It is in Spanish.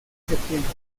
septiembre